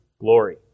glory